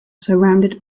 surrounded